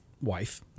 wife